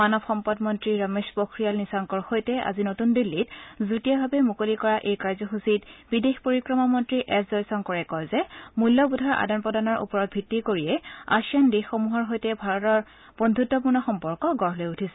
মানৱ সম্পদ মন্ত্ৰী ৰমেশ পোখৰিয়াল নিচাংকৰ সৈতে আজি নতুন দিল্লীত যুটীয়াভাৱে মুকলি কৰা এই কাৰ্যসুচীত বিদেশ পৰিক্ৰমা মন্ত্ৰী এছ জয়শংকৰে কয় যে মূল্যবোধৰ আদান প্ৰদানৰ ওপৰত ভিত্তি কৰিয়েই আছিয়ান দেশসমূহৰ সৈতে ভাৰতৰ বদ্ধত্বপূৰ্ণ সম্পৰ্ক গঢ় লৈ উঠিছে